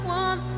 one